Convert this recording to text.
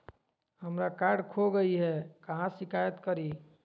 हमरा कार्ड खो गई है, कहाँ शिकायत करी?